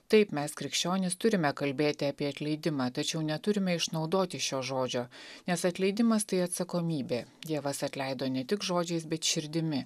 taip mes krikščionys turime kalbėti apie atleidimą tačiau neturime išnaudoti šio žodžio nes atleidimas tai atsakomybė dievas atleido ne tik žodžiais bet širdimi